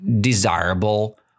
desirable